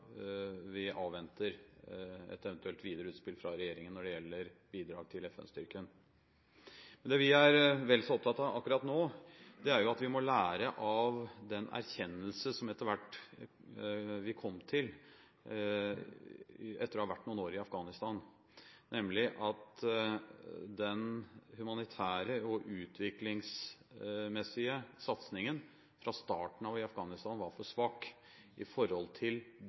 vi avventer et eventuelt videre utspill fra regjeringen når det gjelder bidrag til FN-styrken. Det vi er vel så opptatt av akkurat nå, er at vi må lære av den erkjennelse som vi etter hvert kom til etter å ha vært noen år i Afghanistan, nemlig at den humanitære og utviklingsmessige satsingen fra starten av i Afghanistan var for svak i forhold til